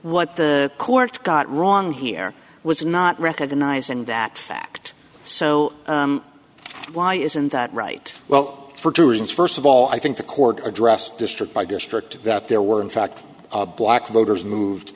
what the court got wrong here was not recognizing that fact so why isn't that right well for two reasons first of all i think the court addressed district by district that there were in fact black voters moved